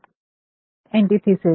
अब है एंटीथेसिस